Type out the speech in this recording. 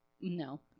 No